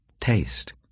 Taste